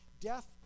Death